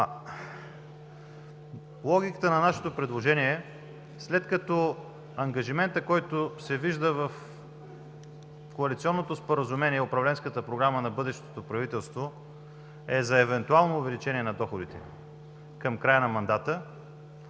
Логиката на нашето предложение е след като ангажиментът, който се вижда в коалиционното споразумение, управленската програма на бъдещото правителство, е за евентуално увеличение на доходите към края на мандата,